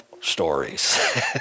stories